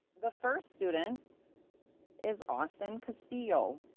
the first student is austin castillo,